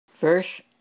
Verse